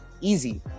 easy